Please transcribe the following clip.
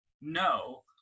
no